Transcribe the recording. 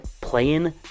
Playing